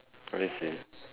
oh I see